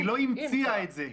היא לא המציאה את זה.